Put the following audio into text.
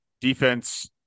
defense